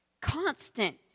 Constant